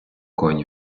коні